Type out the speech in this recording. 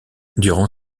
durant